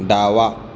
दावा